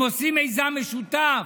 הם עושים מיזם משותף.